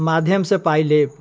माध्यमसँ पाइ लेब